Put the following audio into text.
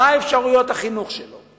מה אפשרויות החינוך שלו?